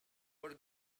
por